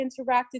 interacted